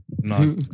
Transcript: No